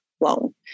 loan